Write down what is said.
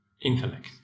intellect